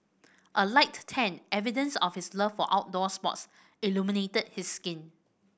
a light tan evidence of his love for outdoor sports illuminated his skin